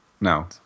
No